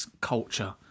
culture